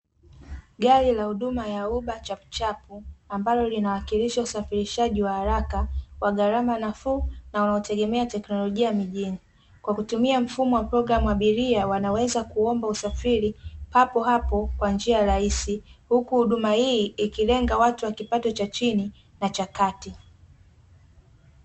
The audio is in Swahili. Gari la huduma la uber chap chap ambalo linawakilisha usafiri wa haraka kwa gharama nafuu na unategemea teknolojia nyingine kwa kutumia mfumo wa programu, abiria wanaweza kuomba usafiri hapohapo kwa njia rahisi huku huduma hii ikilenga, watu wa kipato cha chini na cha kati.